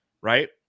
right